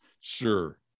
Sure